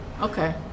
Okay